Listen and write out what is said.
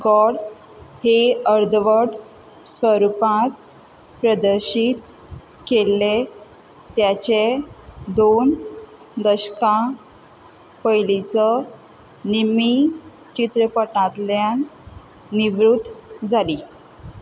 code हे अर्धवड स्वरुपांत प्रदर्शीत केल्ले त्याचे दोन दशकां पयलींचो निमी चित्रपटांतल्यान निवृत्त जाली